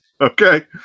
Okay